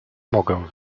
mogę